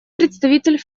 представитель